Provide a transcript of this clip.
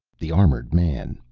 the armored man,